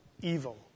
evil